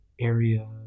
area